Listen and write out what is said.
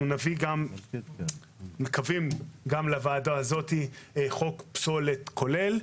אנחנו נביא לוועדה הזאת חוק פסולת כולל,